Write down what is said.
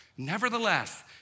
Nevertheless